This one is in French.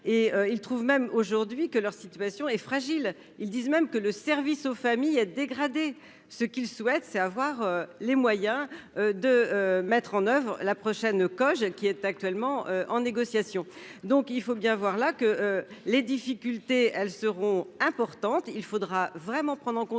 il trouve même aujourd'hui que leur situation est fragile, ils disent même que le service aux familles a dégradé ce qu'il souhaite, c'est avoir les moyens de mettre en oeuvre la prochaine code qui est actuellement en négociation, donc il faut bien voir là que les difficultés elles seront importantes, il faudra vraiment prendre en compte